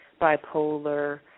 bipolar